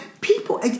people